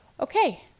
Okay